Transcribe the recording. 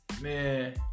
man